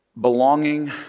belonging